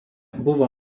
buvo